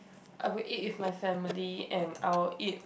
I would eat with my family and I would eat